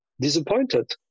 disappointed